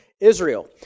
Israel